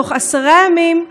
בתוך עשרה ימים,